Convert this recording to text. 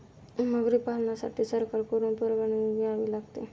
मगरी पालनासाठी सरकारकडून परवानगी घ्यावी लागते